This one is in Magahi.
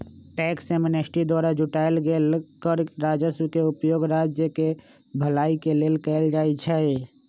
टैक्स एमनेस्टी द्वारा जुटाएल गेल कर राजस्व के उपयोग राज्य केँ भलाई के लेल कएल जाइ छइ